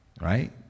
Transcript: Right